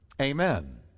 Amen